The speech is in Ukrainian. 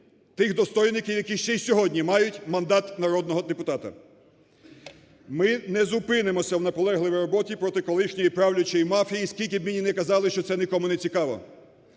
тих достойників, які ще й сьогодні мають мандат народного депутата. Ми не зупинимось в наполегливій роботі проти колишньої правлячої мафії, скільки б мені не казали, що це нікому не цікаво.